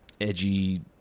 edgy